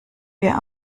wir